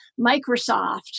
Microsoft